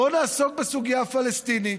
בוא נעסוק בסוגיה הפלסטינית.